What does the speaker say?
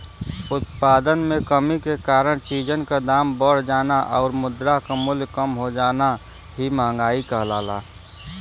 उत्पादन में कमी के कारण चीजन क दाम बढ़ जाना आउर मुद्रा क मूल्य कम हो जाना ही मंहगाई कहलाला